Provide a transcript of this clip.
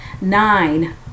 Nine